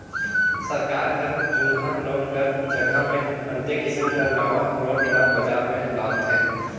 सरकार हर जुनहा नोट कर जगहा मे अन्ते किसिम कर नावा नोट ल बजार में लानथे